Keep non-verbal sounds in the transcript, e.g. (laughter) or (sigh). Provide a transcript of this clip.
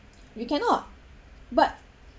(noise) we cannot but